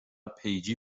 پیجی